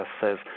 says